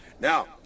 Now